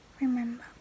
Remember